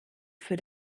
für